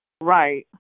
Right